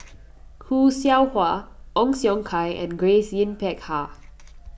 Khoo Seow Hwa Ong Siong Kai and Grace Yin Peck Ha